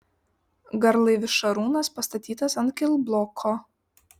garlaivis šarūnas pastatytas ant kilbloko